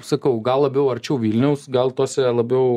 sakau gal labiau arčiau vilniaus gal tose labiau